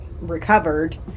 recovered